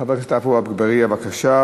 חבר הכנסת עפו אגבאריה, בבקשה.